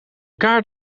kaart